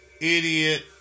Idiot